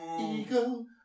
Eagle